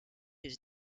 his